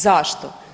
Zašto?